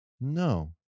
No